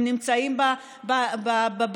הם נמצאים בבתים,